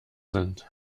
sind